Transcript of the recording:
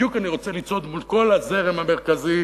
בדיוק אני רוצה לצעוד מול כל הזרם המרכזי,